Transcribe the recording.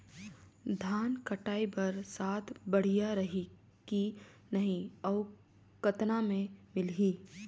धान कटाई बर साथ बढ़िया रही की नहीं अउ कतना मे मिलही?